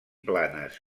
planes